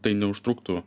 tai neužtruktų